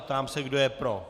Ptám se, kdo je pro.